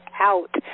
out